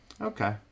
Okay